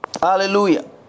Hallelujah